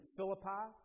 Philippi